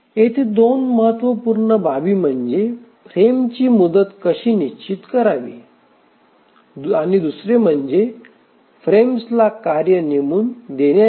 येथे दोन महत्त्वपूर्ण बाबी म्हणजे फ्रेमची मुदत कशी निश्चित करावी दुसरे म्हणजे फ्रेम्सला कार्य नेमून देण्याचे